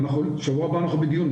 שבוע הבא אנחנו בדיון,